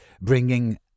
bringing